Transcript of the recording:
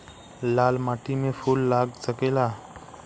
लाल माटी में फूल लाग सकेला?